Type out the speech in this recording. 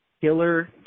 Killer